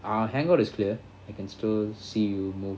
uh hangout is clear I can still see you mo~